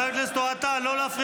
תבייש לך.